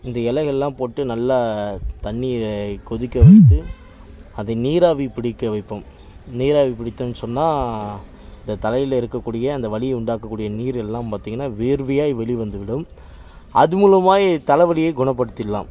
இந்த இலையெல்லாம் போட்டு நல்லா தண்ணியை கொதிக்க வைத்து அதை நீராவி பிடிக்க வைப்போம் நீராவி பிடித்தோம்னு சொன்னால் அந்த தலையில் இருக்கக்கூடிய அந்த வலியை உண்டாக்கக்கூடிய நீரெல்லாம் பார்த்தீங்கனா வேர்வையாக வெளிவந்துவிடும் அது மூலமாக தலைவலியை குணப்படுத்திடலாம்